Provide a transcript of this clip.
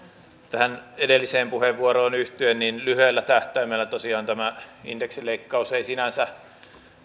tähän edelliseen puheenvuoroon yhtyen lyhyellä tähtäimellä tosiaan tämä indeksin leikkaus ei sinänsä